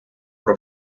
про